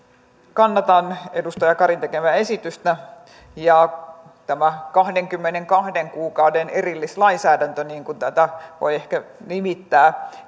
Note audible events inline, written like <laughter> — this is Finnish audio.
kannatan edustaja karin tekemää esitystä tämä kahdenkymmenenkahden kuukauden erillislainsäädäntö niin kuin tätä voi ehkä nimittää <unintelligible>